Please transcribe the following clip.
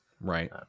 Right